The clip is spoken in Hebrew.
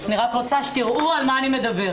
אני רוצה שתראו על מה אני מדברת.